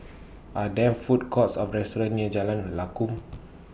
Are There Food Courts Or restaurants near Jalan Lakum